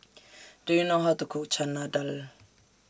Do YOU know How to Cook Chana Dal